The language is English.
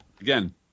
Again